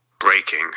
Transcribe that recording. Breaking